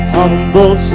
humble